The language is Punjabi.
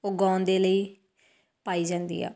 ਉਗਾਉਣ ਦੇ ਲਈ ਪਾਈ ਜਾਂਦੀ ਆ